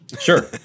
Sure